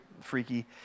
freaky